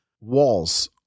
walls